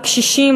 הקשישים,